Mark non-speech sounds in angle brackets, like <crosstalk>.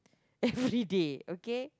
everyday <laughs> okay